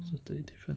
it's totally different